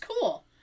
cool